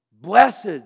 Blessed